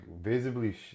visibly